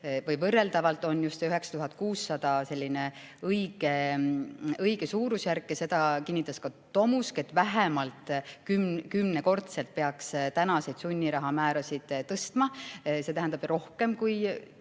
võrreldavalt on 9600 selline õige suurusjärk. Seda kinnitas ka Tomusk, et vähemalt kümnekordselt peaks tänaseid sunnirahamäärasid tõstma. See tähendab, et